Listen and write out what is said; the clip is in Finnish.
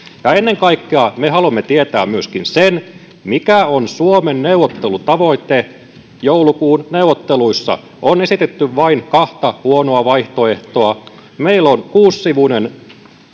ja ennen kaikkea me haluamme tietää myöskin sen mikä on suomen neuvottelutavoite joulukuun neuvotteluissa on esitetty vain kahta huonoa vaihtoehtoa meillä on kuusisivuinen